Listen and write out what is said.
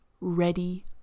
ready